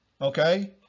okay